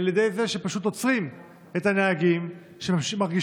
על ידי זה שפשוט עוצרים את הנהגים שמרגישים